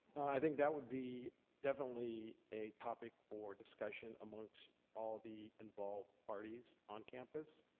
i think that would be definitely a topic for discussion amongst all the involved parties on campus.